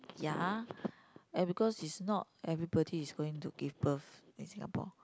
ya and because is not everybody is going to give birth in Singapore